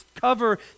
cover